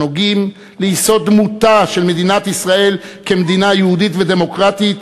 הנוגעים ליסוד דמותה של מדינת ישראל כמדינה יהודית ודמוקרטית,